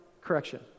correction